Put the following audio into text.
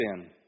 sin